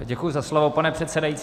Děkuji za slovo, pane předsedající.